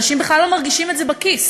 אנשים בכלל לא מרגישים את זה בכיס.